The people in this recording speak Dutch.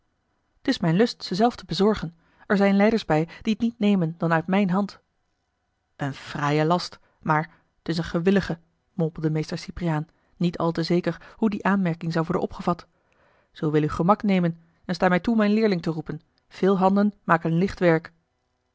t is mijn lust ze zelf te bezorgen er zijn lijders bij die t niet nemen dan uit mijne hand a l g bosboom-toussaint de delftsche wonderdokter eel en fraaie last maar t is een gewillige mompelde meester cypriaan niet al te zeker hoe die aanmerking zou worden opgevat zoo wil uw gemak nemen en sta mij toe mijn leerling te roepen veel handen maken licht werk